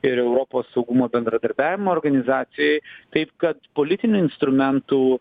ir europos saugumo bendradarbiavimo organizacijoj taip kad politinių instrumentų